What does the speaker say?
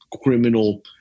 criminal